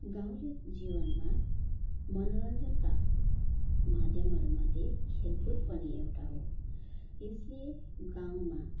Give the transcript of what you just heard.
गाउँले जीवनमा मनोरञ्जनका माध्यमहरूमध्ये खेलकुद पनि एउटा हो यसले गाउँमा